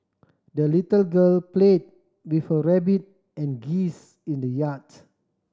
the little girl play with her rabbit and geese in the yard